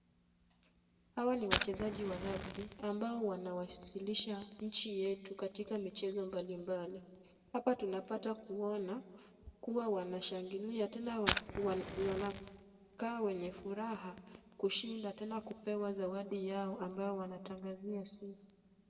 Hawa ni wachezaji wa rugby ambao wanawakilisha inchi yetu katika michezo mbali mbali. Hapa tunapata kuona kuwa wanashangilia tena wanakaa wenye furaha kushinda tena kupewa zawadi yao ambayo wanatangazia sisi.